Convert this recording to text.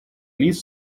лиц